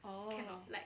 oh okay